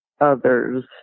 others